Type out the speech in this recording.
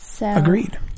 Agreed